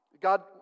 God